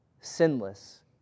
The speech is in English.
Sinless